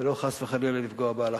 ולא חס וחלילה לפגוע בהלכה.